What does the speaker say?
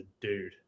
dude